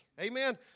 amen